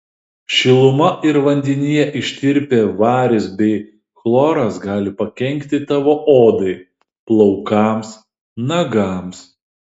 šiluma ir vandenyje ištirpę varis bei chloras gali pakenkti tavo odai plaukams nagams